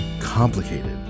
complicated